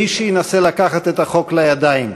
מי שינסה לקחת את החוק לידיים,